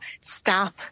stop